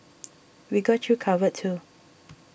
we got you covered too